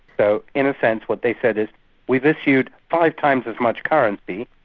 so in a sense, what they said is we've issued five times as much currency,